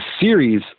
series